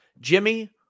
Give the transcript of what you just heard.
Jimmy